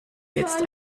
jetzt